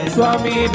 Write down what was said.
Swami